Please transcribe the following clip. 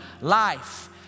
life